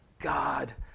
God